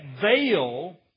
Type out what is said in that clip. veil